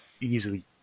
easily